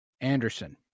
Anderson